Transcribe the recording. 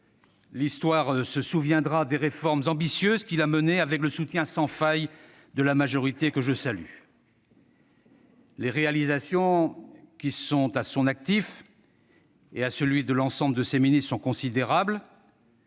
L'histoire se souviendra des réformes ambitieuses qu'il a menées, avec le soutien sans faille de la majorité, que je salue. Les réalisations qui sont à son actif et à celui de l'ensemble de ses ministres sont considérables.